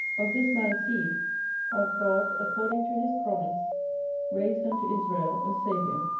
of this man's seed hath god according to his promise raised unto israel a saviour,